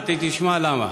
אתה תשמע למה.